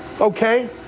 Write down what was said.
Okay